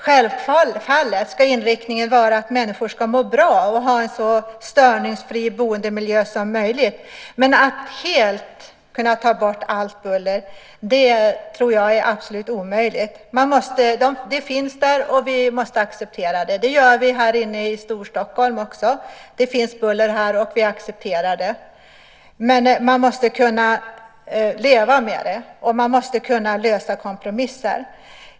Självfallet ska inriktningen vara att människor ska må bra och ha en så störningsfri boendemiljö som möjligt, men att ta bort allt buller tror jag är absolut omöjligt. Det finns där, och vi måste acceptera det. Det gör vi här inne i Storstockholm också. Det finns buller här, och vi accepterar det. Men man måste kunna leva med det, och man måste kunna göra kompromisser.